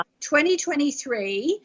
2023